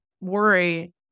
worry